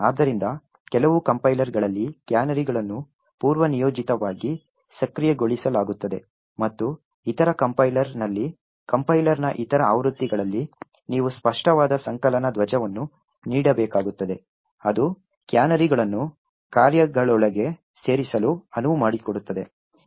ಆದ್ದರಿಂದ ಕೆಲವು ಕಂಪೈಲರ್ಗಳಲ್ಲಿ ಕ್ಯಾನರಿಗಳನ್ನು ಪೂರ್ವನಿಯೋಜಿತವಾಗಿ ಸಕ್ರಿಯಗೊಳಿಸಲಾಗುತ್ತದೆ ಮತ್ತು ಇತರ ಕಂಪೈಲರ್ನಲ್ಲಿ ಕಂಪೈಲರ್ನ ಇತರ ಆವೃತ್ತಿಗಳಲ್ಲಿ ನೀವು ಸ್ಪಷ್ಟವಾದ ಸಂಕಲನ ಧ್ವಜವನ್ನು ನೀಡಬೇಕಾಗುತ್ತದೆ ಅದು ಕ್ಯಾನರಿಗಳನ್ನು ಕಾರ್ಯಗಳೊಳಗೆ ಸೇರಿಸಲು ಅನುವು ಮಾಡಿಕೊಡುತ್ತದೆ